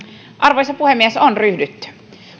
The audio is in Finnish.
arvoisa puhemies on ryhdytty